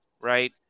right